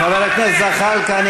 חבר הכנסת זחאלקה,